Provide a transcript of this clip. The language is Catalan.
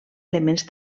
elements